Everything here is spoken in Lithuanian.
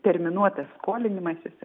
terminuotas skolinimasis